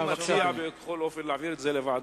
אני מציע להעביר את זה לוועדה,